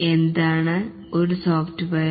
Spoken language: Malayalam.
എന്താണ് ഒരു സോഫ്റ്റ്വെയർ